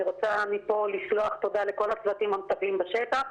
אני רוצה מפה לשלוח תודה לכל הצוותים המטפלים בשטח.